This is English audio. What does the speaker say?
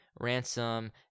Ransom